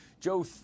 Joe